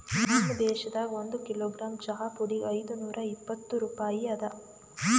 ನಮ್ ದೇಶದಾಗ್ ಒಂದು ಕಿಲೋಗ್ರಾಮ್ ಚಹಾ ಪುಡಿಗ್ ಐದು ನೂರಾ ಇಪ್ಪತ್ತು ರೂಪಾಯಿ ಅದಾ